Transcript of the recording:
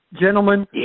Gentlemen